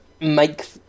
make